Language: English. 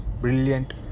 brilliant